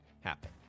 happen